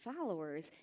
followers